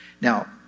Now